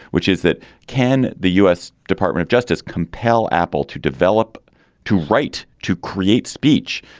which is that can the u s. department of justice compel apple to develop two right. to create speech,